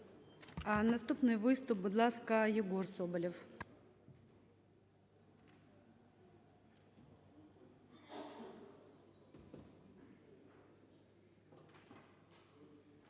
Наступний виступ, будь ласка, Єгор Соболєв.